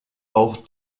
auch